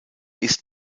ist